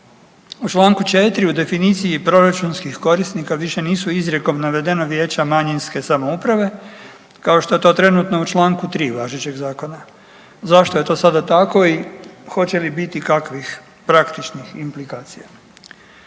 U čl. 4. u definiciji proračunskih korisnika, više nisu izrijekom navedena vijeća manjinske samouprave kao što je to trenutno u čl. 3 važećeg zakona. Zašto je to sada tako i hoće li biti kakvih praktičnih implikacija?